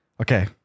okay